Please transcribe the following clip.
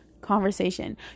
conversation